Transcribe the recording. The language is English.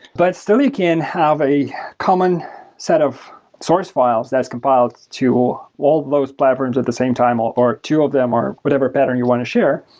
but still you can have a common common set of source files that's compiled to all those platforms at the same time or or two of them or whatever pattern you want to share.